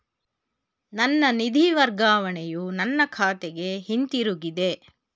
ನನ್ನ ನಿಧಿ ವರ್ಗಾವಣೆಯು ನನ್ನ ಖಾತೆಗೆ ಹಿಂತಿರುಗಿದೆ